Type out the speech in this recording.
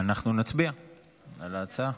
אנחנו נצביע על ההצעה.